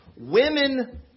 Women